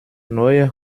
neuer